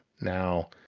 now